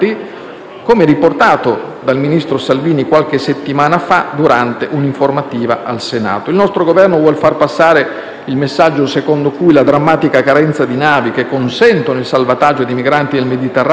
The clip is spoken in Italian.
come riportato dal ministro Salvini qualche settimana fa durante un'informativa al Senato. Il nostro Governo vuol far passare il messaggio secondo cui la drammatica carenza di navi che consentono il salvataggio di migranti nel Mediterraneo